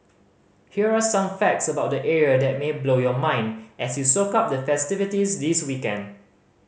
here are some facts about the area that may blow your mind as you soak up the festivities this weekend